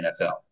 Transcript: NFL